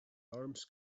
arms